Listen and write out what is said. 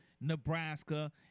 Nebraska